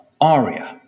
ARIA